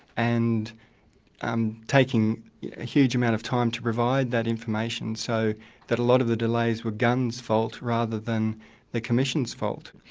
and and taking a huge amount of time to provide that information, so that a lot of the delays were gunns fault rather than the commission's fault.